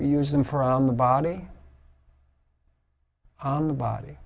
we use them for on the body on the body